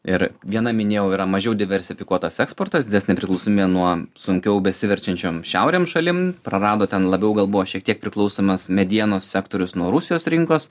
ir viena minėjau yra mažiau diversifikuotas eksportas didesnė priklausomybė nuo sunkiau besiverčiančiom šiaurėm šalim prarado ten labiau gal buvo šiek tiek priklausomas medienos sektorius nuo rusijos rinkos